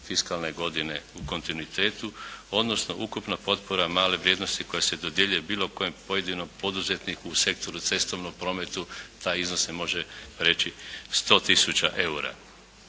fiskalne godine u kontinuitetu odnosno ukupna potpora male vrijednosti koja se dodjeljuje bilo kojem pojedinom poduzetniku u sektoru cestovnom prometu taj iznos se može reći 100 tisuća